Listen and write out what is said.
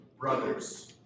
brothers